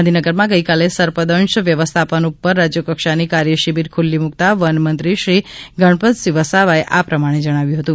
ગાંધીનગરમાં ગઇકાલે સર્પદંશ વ્યવસ્થાપન ઉપર રાજયકક્ષાની કાર્યશીબીર ખુલ્લી મૂકતાં વનમંત્રીશ્રી ગણપત વસાવાએ આ પ્રમાણે જણાવ્યું હતું